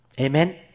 amen